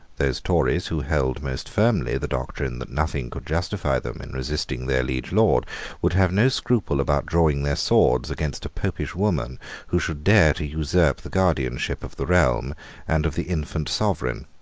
those tories who held most firmly the doctrine that nothing could justify them in resisting their liege lord would have no scruple about drawing their swords against a popish woman who should dare to usurp the guardianship of the realm and of the infant sovereign.